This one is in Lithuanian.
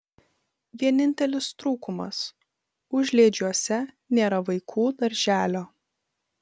vienintelis trūkumas užliedžiuose nėra vaikų darželio